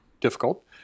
Difficult